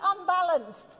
unbalanced